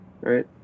right